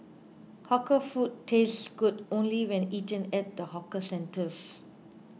hawker food tastes good only when eaten at the hawker centres